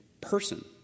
person